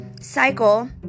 cycle